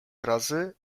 razy